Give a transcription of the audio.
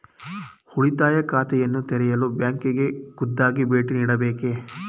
ಉಳಿತಾಯ ಖಾತೆಯನ್ನು ತೆರೆಯಲು ಬ್ಯಾಂಕಿಗೆ ಖುದ್ದಾಗಿ ಭೇಟಿ ನೀಡಬೇಕೇ?